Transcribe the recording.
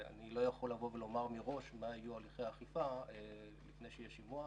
אני לא יכול לומר מראש מה יהיו הליכי האכיפה לפני שיהיה שימוע.